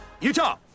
Utah